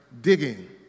digging